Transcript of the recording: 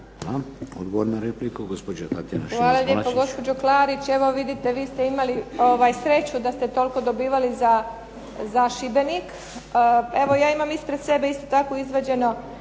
**Šimac Bonačić, Tatjana (SDP)** Hvala lijepo gospođo Klarić. Evo vidite, vi ste imali sreću da ste toliko dobivali za Šibenik. Evo ja imam ispred sebe isto tako izvađeno